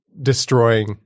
destroying